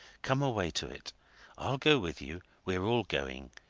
come away to it i'll go with you we're all going.